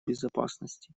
безопасности